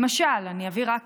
למשל, אני אביא רק